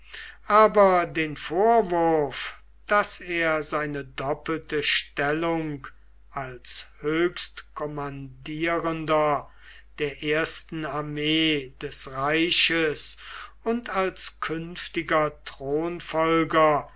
aber den vorwurf daß er seine doppelte stellung als höchstkommandierender der ersten armee des reiches und als künftiger